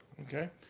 Okay